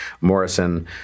Morrison